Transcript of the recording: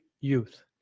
youth